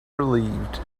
relieved